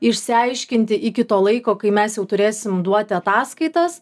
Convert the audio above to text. išsiaiškinti iki to laiko kai mes jau turėsim duoti ataskaitas